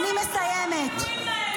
--- אני מסיימת.